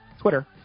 Twitter